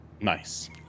Nice